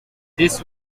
this